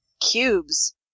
Cubes